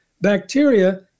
bacteria